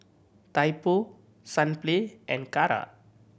Typo Sunplay and Kara